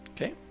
Okay